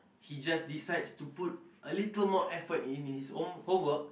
he just decides to put a little more effort in his own homework